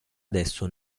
adesso